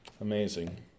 Amazing